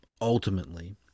ultimately